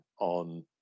on